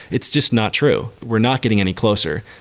it's just not true. we're not getting any closer.